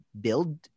build